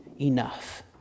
enough